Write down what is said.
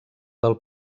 del